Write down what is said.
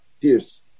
Pierce